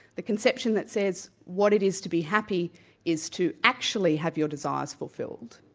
the conception that says what it is to be happy is to actually have your desires fulfilled,